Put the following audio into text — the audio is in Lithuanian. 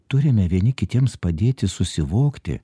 turime vieni kitiems padėti susivokti